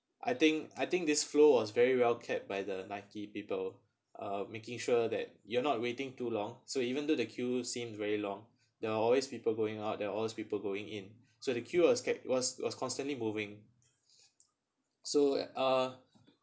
I think I think this flow was very well kept by the Nike people uh making sure that you're not waiting too long so even though the queue seemed very long there are always people going out there are always people going in so the queue was kept was was constantly moving so uh